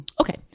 Okay